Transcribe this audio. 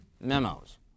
memos